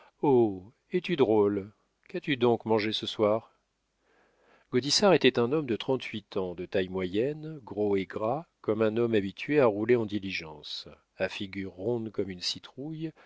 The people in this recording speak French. es-tu drôle qu'as-tu donc mangé ce soir gaudissart était un homme de trente-huit ans de taille moyenne gros et gras comme un homme habitué à rouler en diligence à figure ronde comme une citrouille